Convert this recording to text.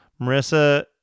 Marissa